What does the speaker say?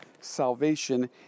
salvation